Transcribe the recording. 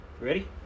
Ready